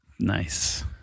Nice